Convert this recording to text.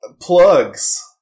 Plugs